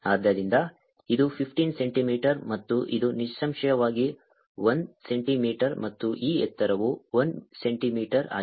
ಆದ್ದರಿಂದ ಇದು 15 ಸೆಂಟಿಮೀಟರ್ ಮತ್ತು ಇದು ನಿಸ್ಸಂಶಯವಾಗಿ 1 ಸೆಂಟಿಮೀಟರ್ ಮತ್ತು ಈ ಎತ್ತರವು 1 ಮಿಲಿಮೀಟರ್ ಆಗಿದೆ